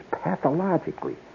pathologically